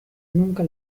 nunca